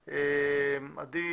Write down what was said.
להן,